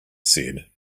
said